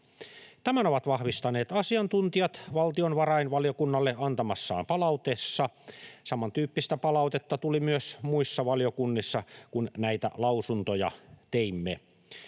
Tämän ovat vahvistaneet asiantuntijat valtiovarainvaliokunnalle antamassaan palautteessa, ja samantyyppistä palautetta tuli myös muissa valiokunnissa, kun näitä lausuntoja teimme.